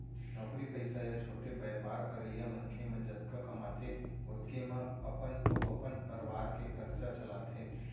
नौकरी पइसा या छोटे बयपार करइया मनखे मन जतका कमाथें ओतके म अपन अउ अपन परवार के खरचा चलाथें